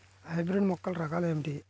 Hybrid మొక్కల రకాలు ఏమిటీ?